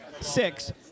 six